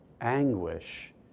anguish